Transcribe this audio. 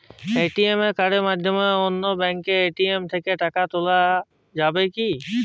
ATM কার্ডের মাধ্যমে অন্য ব্যাঙ্কের এ.টি.এম থেকে টাকা তোলা যাবে কি?